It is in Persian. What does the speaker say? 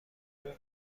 مرغ